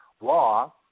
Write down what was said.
law